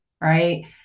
right